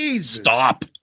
Stop